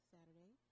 Saturday